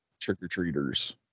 trick-or-treaters